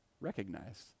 recognized